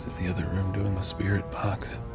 the other room doing the spirit box.